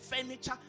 furniture